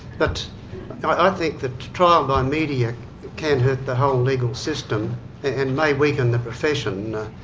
but i think that trial by media can hurt the whole legal system and may weaken the profession.